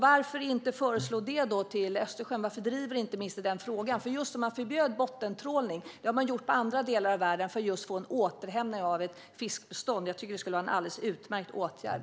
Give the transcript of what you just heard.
Varför inte föreslå det för Östersjön? Varför driver inte ministern denna fråga? Man har förbjudit bottentrålning i andra delar av världen just för att få en återhämtning av ett fiskbestånd. Jag tycker att det skulle vara en alldeles utmärkt åtgärd.